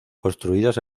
construidas